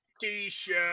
T-shirt